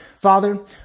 Father